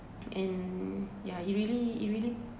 and yeah it really it really